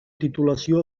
titulació